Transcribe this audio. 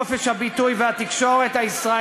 ויצאה למלחמת חורמה נגד חופש הביטוי והתקשורת הישראלית.